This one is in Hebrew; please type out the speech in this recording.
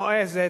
נועזת,